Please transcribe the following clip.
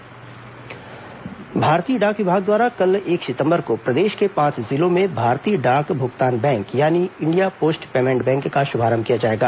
India post payment bank भारतीय डाक विभाग द्वारा कल एक सितंबर को प्रदेश के पांच जिलों में भारतीय डाक भुगतान बैंक यानी इंडिया पोस्ट पेमेंट बैंक का श्मारंभ किया जाएगा